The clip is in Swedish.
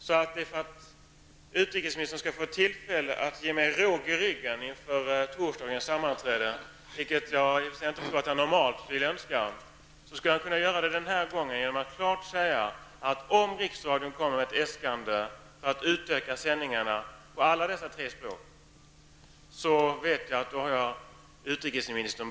Det är för att utrikesministern skall få tillfälle att ge mig råg i ryggen inför torsdagens sammanträde, vilket jag normalt inte skulle önska, som jag vill veta att jag har utrikesministern bakom mig om riksradion kommer med ett äskande för att utöka sändningarna på alla tre språken.